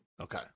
Okay